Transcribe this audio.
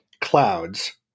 clouds